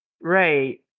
Right